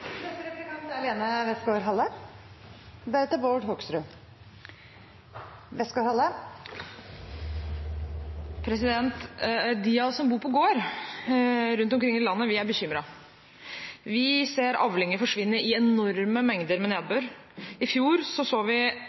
som bor på gård, er bekymret. Vi ser avlinger forsvinne i enorme mengder nedbør. I fjor så vi avlinger tørke ut, vi